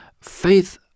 Faith